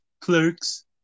Clerks